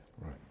Right